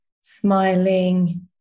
smiling